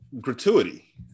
gratuity